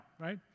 right